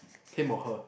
him or her